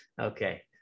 Okay